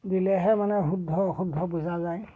দিলেহে মানে শুদ্ধ অশুদ্ধ বুজা যায়